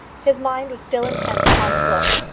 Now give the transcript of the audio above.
his mind was still intent upon the book.